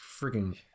freaking